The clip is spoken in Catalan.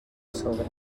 sobre